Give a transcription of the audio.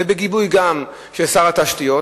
ובגיבוי גם של שר התשתיות,